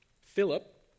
Philip